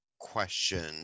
question